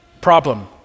Problem